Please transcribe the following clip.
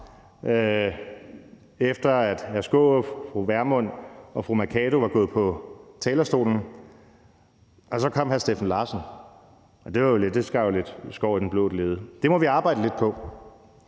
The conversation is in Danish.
Skaarup, fru Pernille Vermund og fru Mai Mercado var gået på talerstolen. Og så kom hr. Steffen Larsen, og det gav jo lidt skår i den blå glæde. Det må vi arbejde lidt på.